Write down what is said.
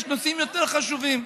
יש נושאים יותר חשובים.